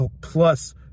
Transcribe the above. plus